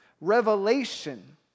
Revelation